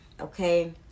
Okay